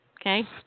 Okay